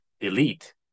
elite